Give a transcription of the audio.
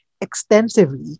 extensively